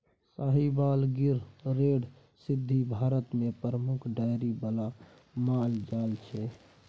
Sahiwal, Gir, red Sindhi Bharat मे प्रमुख dairy बला माल जाल छै